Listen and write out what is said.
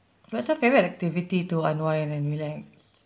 what's your favourite activity to unwind and relax